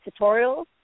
tutorials